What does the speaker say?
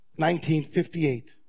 1958